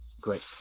great